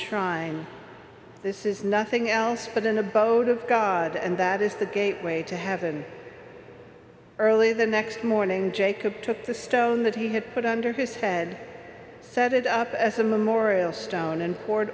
shrine this is nothing else but an abode of god and that is the gateway to happen early the next morning jacob took the stone that he had put under his head set it up as a memorial stone